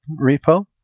repo